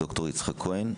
ד"ר יצחק כהן,